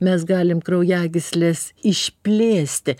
mes galim kraujagyslės išplėsti